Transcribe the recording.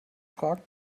fragen